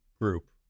group